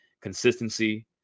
consistency